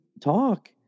talk